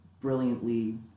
brilliantly